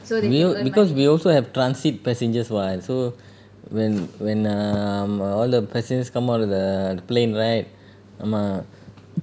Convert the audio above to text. do you because we also have transit passengers what so when when err um err all the passengers come out of the the plane right um err